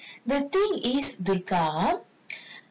the thing is the girl